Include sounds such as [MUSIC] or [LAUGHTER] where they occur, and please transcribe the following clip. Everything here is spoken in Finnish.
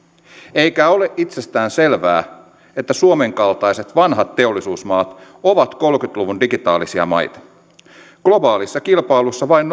eikä ole itsestään selvää että suomen kaltaiset vanhat teollisuusmaat ovat kolmekymmentä luvun digitaalisia maita globaalissa kilpailussa vain [UNINTELLIGIBLE]